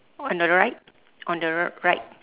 on the right on the r~ right